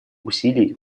усилий